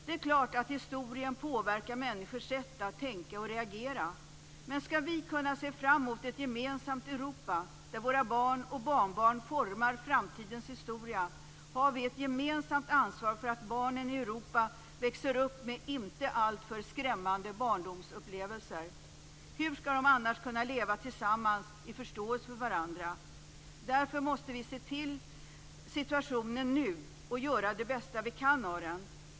Det är klart att historien påverkar människors sätt att tänka och reagera. Men skall vi kunna se fram emot ett gemensamt Europa där våra barn och barnbarn formar framtidens historia har vi ett gemensamt ansvar för att barnen i Europa växer upp med inte alltför skrämmande barndomsupplevelser. Hur skall de annars kunna leva tillsammans i förståelse för varandra? Därför måste vi se till situationen nu och göra det bästa vi kan av den.